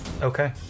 Okay